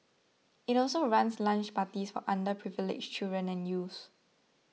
it also runs lunch parties for underprivileged children and youth